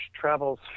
travels